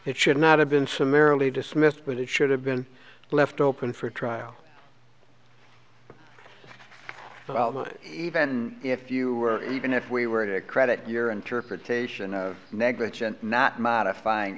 it should not have been summarily dismissed but it should have been left open for trial even if you were even if we were to credit your interpretation a negligent not modifying